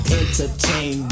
entertain